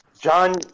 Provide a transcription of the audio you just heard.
John